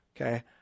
Okay